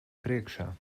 priekšā